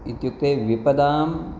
इत्युक्ते विपदाम्